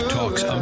Talks